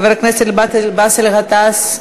חבר הכנסת באסל גטאס,